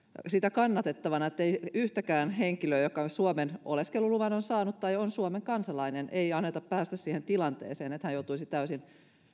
kannatettavana että yhdenkään henkilön joka suomeen oleskeluluvan on saanut tai on suomen kansalainen ei anneta päästä siihen tilanteeseen että hän joutuisi täysin